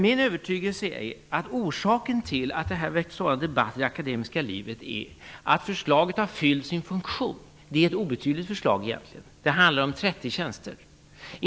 Min övertygelse är att orsaken till att det här har väckt en sådan debatt i det akademiska livet är att förslaget har fyllt sin funktion. Det är egentligen ett obetydligt förslag; det handlar om 30 tjänster.